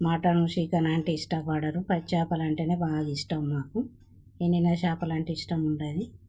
mutton chicken ఉంటే ఇష్టపడరు పచ్చి చేపలంటేనే బాగా ఇష్టం మాకు ఎండిన చేపలంటే ఇష్టము ఉండదు